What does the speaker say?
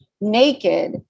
naked